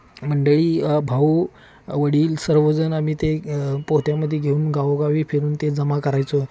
मंडळी भाऊ वडील सर्वजणं आम्ही ते पोत्यामध्ये घेऊन गावोगावी फिरून ते जमा करायचो